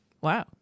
wow